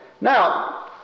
Now